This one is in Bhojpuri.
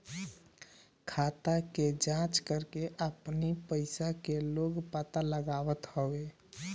खाता के जाँच करके अपनी पईसा के लोग पता लगावत हवे